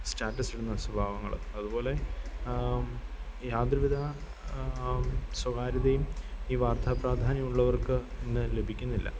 സ്റ്റാറ്റസിടുന്നൊരു സ്വഭാവങ്ങൾ അതുപോലെ യാതൊരുവിധ സ്വകാര്യതയും ഈ വാര്ത്താപ്രാധാന്യമുള്ളവര്ക്ക് ഇന്ന് ലഭിക്കുന്നില്ല